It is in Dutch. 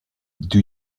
doe